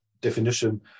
definition